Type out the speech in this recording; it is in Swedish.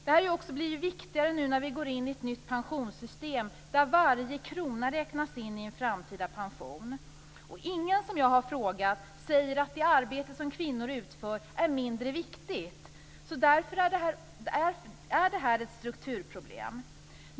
Det här blir också viktigare nu när vi går in i ett nytt pensionssystem där varje krona räknas in i en framtida pension. Ingen som jag har frågat säger att det arbete som kvinnor utför är mindre viktigt. Därför är det här ett strukturproblem.